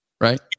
right